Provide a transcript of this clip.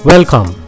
Welcome